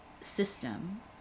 system